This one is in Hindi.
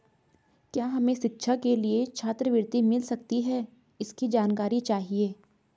क्या हमें शिक्षा के लिए छात्रवृत्ति मिल सकती है इसकी जानकारी चाहिए?